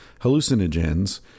hallucinogens